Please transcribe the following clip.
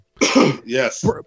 Yes